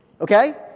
okay